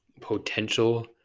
potential